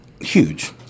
huge